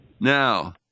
Now